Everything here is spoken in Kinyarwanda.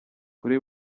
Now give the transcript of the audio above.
kuri